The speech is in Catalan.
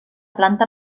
planta